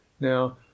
Now